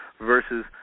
versus